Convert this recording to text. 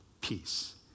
peace